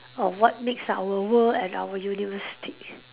of what makes our world and our universe stick